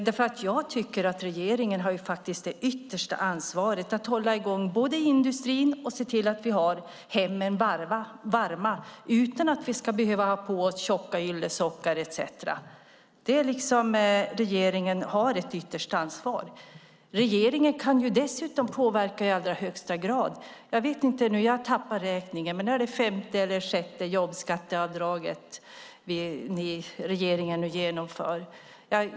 Jag tycker nämligen att regeringen faktiskt har det yttersta ansvaret att både hålla i gång industrin och se till att hemmen är varma utan att vi ska behöva ha på oss tjocka yllesockor etcetera. Regeringen har ett yttersta ansvar. Regeringen kan dessutom påverka i allra högsta grad. Jag har tappat räkningen; är det det femte eller sjätte jobbskatteavdraget regeringen genomför nu?